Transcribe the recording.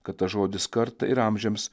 kad tas žodis kartą ir amžiams